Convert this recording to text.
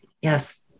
yes